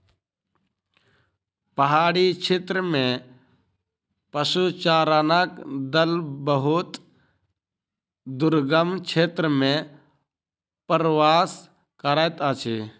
पहाड़ी क्षेत्र में पशुचारणक दल बहुत दुर्गम क्षेत्र में प्रवास करैत अछि